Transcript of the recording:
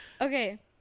Okay